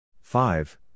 five